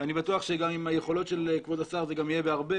ואני בטוח שעם היכולות של השר זה יהיה גם בהרבה